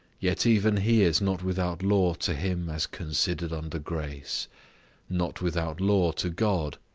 yet even he is not without law to him as considered under grace not without law to god,